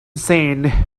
sand